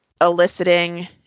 eliciting